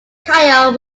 kyle